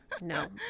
no